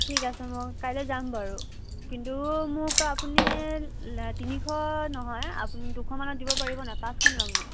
ঠিক আছে মই কাইলৈ যাম বাৰু কিন্তু মোক আপুনি তিনিশ নহয় আপুনি দুশমানত দিব পাৰিব নাই পাঁচখন ল'ম মই